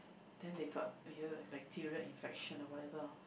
then they got !aiya! bacteria infection or whatever